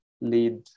lead